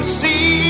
see